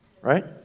Right